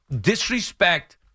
disrespect